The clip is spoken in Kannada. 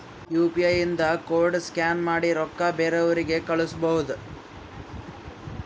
ಯು ಪಿ ಐ ಇಂದ ಕೋಡ್ ಸ್ಕ್ಯಾನ್ ಮಾಡಿ ರೊಕ್ಕಾ ಬೇರೆಯವ್ರಿಗಿ ಕಳುಸ್ಬೋದ್